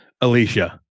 alicia